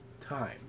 time